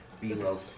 Beloved